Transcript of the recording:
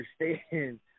understand